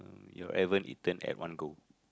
you ever eaten at one go